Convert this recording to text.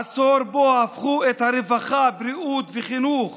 עשור שבו הפכו את הרווחה, הבריאות והחינוך